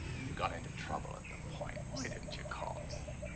and you got into trouble at the point, why didn't you call me?